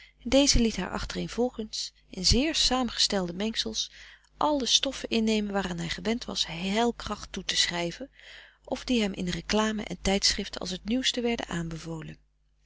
deze liet haar achtereenvolgens in zeer saamgestelde mengsels alle stoffen innemen waaraan hij gewend was heilkracht toe te schrijven of die hem in reclame en tijdschriften als t nieuwste werden aanbevolen